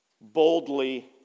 boldly